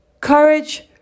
Courage